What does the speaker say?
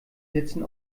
sitzen